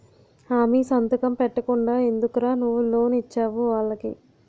హామీ సంతకం పెట్టకుండా ఎందుకురా నువ్వు లోన్ ఇచ్చేవు వాళ్ళకి